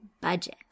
budget